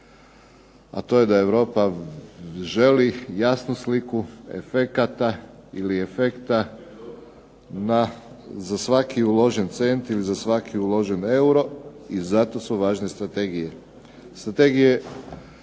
a to je da Europa želi jasnu sliku efekata ili efekta na svaki uložen cent ili za svaki uložen euro i zato su važne strategije.